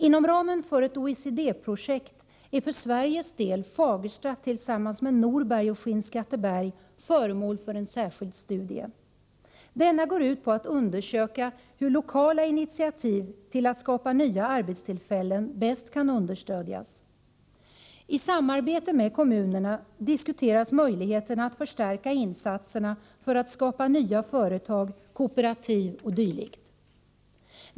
Inom ramen för ett OECD-projekt är för Sveriges del Fagersta tillsammans med Norberg och Skinnskatteberg föremål för en särskild studie. Denna går ut på att undersöka hur lokala initiativ till att skapa nya arbetstillfällen bäst kan understödjas. I samarbete med kommunerna diskuteras möjligheterna att förstärka insatserna för att skapa nya företag, kooperativ o. d.